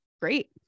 Great